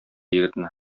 егетне